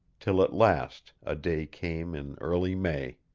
till at last a day came in early may.